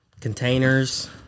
containers